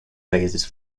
basis